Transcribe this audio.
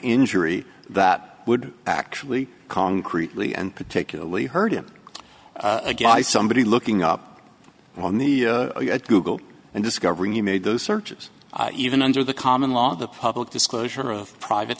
injury that would actually concretely and particularly hurt him again by somebody looking up on the google and discovering he made those searches even under the common law the public disclosure of private